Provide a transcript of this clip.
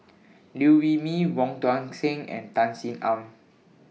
Liew Wee Mee Wong Tuang Seng and Tan Sin Aun